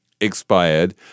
expired